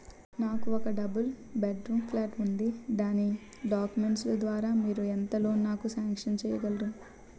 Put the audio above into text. నాకు ఒక double bed room flat ఉంది దాని డాక్యుమెంట్స్ లు ద్వారా మీరు ఎంత లోన్ నాకు సాంక్షన్ చేయగలరు?